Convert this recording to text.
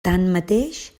tanmateix